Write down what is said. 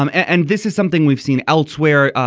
um and this is something we've seen elsewhere.